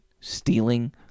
stealing